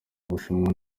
bushinwa